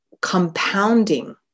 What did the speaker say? compounding